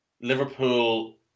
Liverpool